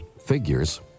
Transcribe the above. figures